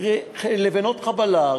לבנות חבלה,